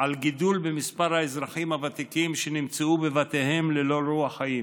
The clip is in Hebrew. על גידול במספר האזרחים הוותיקים שנמצאו בבתיהם ללא רוח חיים.